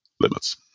limits